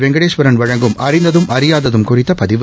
வெங்கடேஸ்வரன் வழங்கும் அறிந்ததும் அறியாததும் குறித்த பதிவு